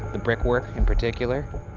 the brickwork in particular.